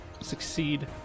succeed